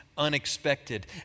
unexpected